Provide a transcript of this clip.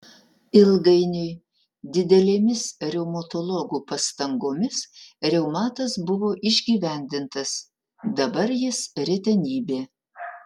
ilgainiui didelėmis reumatologų pastangomis reumatas buvo išgyvendintas dabar jis retenybė